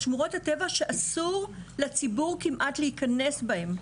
את שמורות הטבע שאסור לציבור כמעט להיכנס בהם,